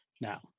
Now